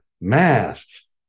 masks